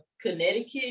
Connecticut